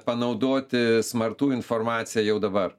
panaudoti smartų informaciją jau dabar